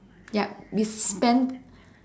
yup we spent